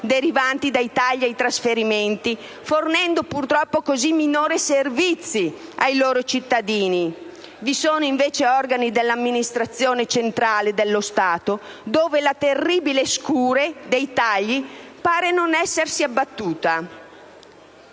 derivanti dai tagli ai trasferimenti fornendo purtroppo così minori servizi ai loro cittadini, vi sono invece organi dell'amministrazione centrale dello Stato dove la terribile scure dei tagli pare non essersi abbattuta.